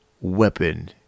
weapon